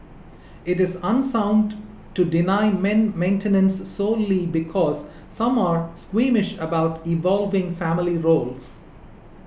it is unsound to deny men maintenance solely because some are squeamish about evolving family roles